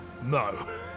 No